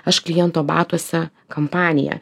aš kliento batuose kampanija